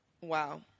wow